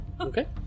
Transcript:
Okay